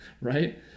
right